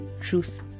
truth